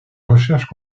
recherches